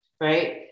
right